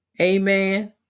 Amen